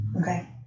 Okay